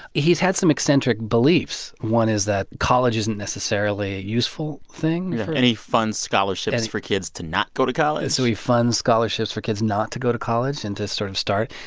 he's had some eccentric beliefs. one is that college isn't necessarily a useful thing for. any funds, scholarships for kids to not go to college so he funds scholarships for kids not to go to college and to sort of start,